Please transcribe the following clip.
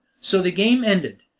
so the game ended,